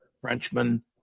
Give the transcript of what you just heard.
Frenchman